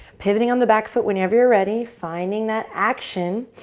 pivoting on the back foot whenever you're ready. finding that action.